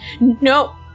No